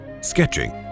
sketching